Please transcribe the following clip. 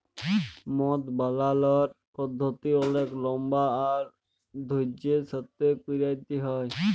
মদ বালালর পদ্ধতি অলেক লম্বা আর ধইর্যের সাথে ক্যইরতে হ্যয়